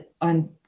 on